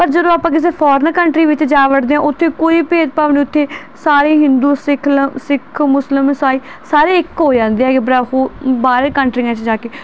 ਪਰ ਜਦੋਂ ਆਪਾਂ ਕਿਸੇ ਫੋਰਨ ਕੰਟਰੀ ਵਿੱਚ ਜਾ ਵੜਦੇ ਹਾਂ ਉੱਥੇ ਕੋਈ ਭੇਦਭਾਵ ਦੇ ਉੱਤੇ ਸਾਰੇ ਹਿੰਦੂ ਸਿੱਖ ਮੁਸਲਿਮ ਇਸਾਈ ਸਾਰੇ ਇੱਕ ਹੋ ਜਾਂਦੇ ਆ ਕਿ ਬਰਾ ਹੁ ਬਾਹਰਲੇ ਕੰਟਰੀਆਂ 'ਚ ਜਾ ਕੇ